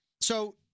So-